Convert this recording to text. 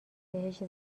بهش